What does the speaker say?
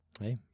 hey